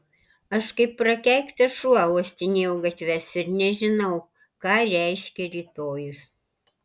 aš kaip prakeiktas šuo uostinėju gatves ir nežinau ką reiškia rytojus